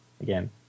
again